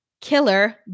killer